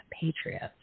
patriots